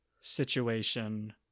situation